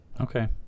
Okay